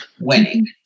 winning